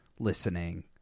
listening